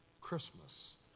Christmas